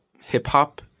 hip-hop